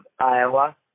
Iowa